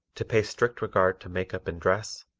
to pay strict regard to makeup and dress,